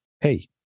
hey